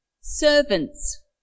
servants